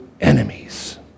enemies